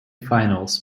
finals